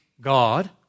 God